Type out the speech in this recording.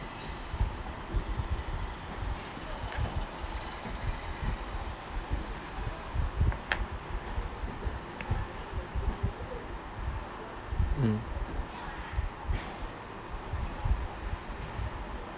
mm